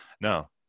No